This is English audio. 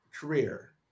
career